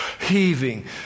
heaving